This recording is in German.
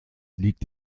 liegt